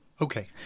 Okay